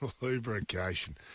Lubrication